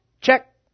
Check